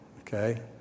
Okay